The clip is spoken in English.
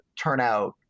turnout